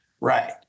Right